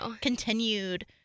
continued –